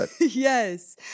Yes